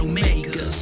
Omega